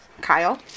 Kyle